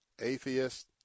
atheist